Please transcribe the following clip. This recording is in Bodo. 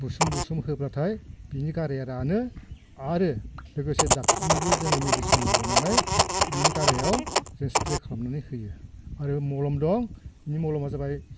बुसोम बुसोम होबाथाय बिनि गाराया रानो आरो लोगोसे डाक्टरनिबो जोङो मिडिसिन लाबोनानै बिनि गारायाव जों स्प्रे खालामनानै होयो आरो मलम दं बेनि मलमा जाबाय